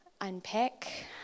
unpack